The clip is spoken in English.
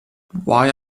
why